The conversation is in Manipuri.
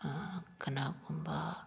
ꯀꯅꯥꯒꯨꯝꯕ